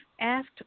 asked